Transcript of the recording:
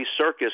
circus